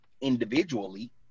individually